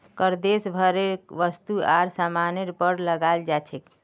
कर देश भरेर वस्तु आर सामानेर पर लगाल जा छेक